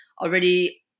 already